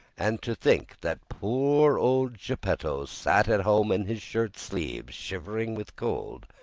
and to think that poor old geppetto sat at home in his shirt sleeves, shivering with cold,